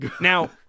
Now